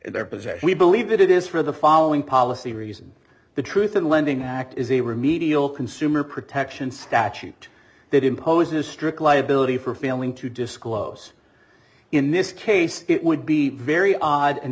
their possession we believe that it is for the following policy reason the truth in lending act is a remedial consumer protection statute that imposes strict liability for failing to disclose in this case it would be very odd and